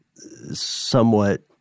somewhat